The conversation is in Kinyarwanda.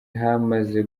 hamaze